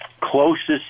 closest